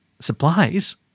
Supplies